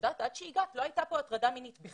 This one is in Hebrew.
שעד שהגעתי בכלל לא הייתה באותו מוסד הטרדה מינית.